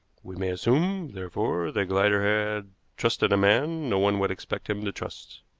we may assume, therefore, that glider had trusted a man no one would expect him to trust.